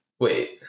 Wait